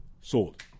Sold